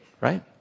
Right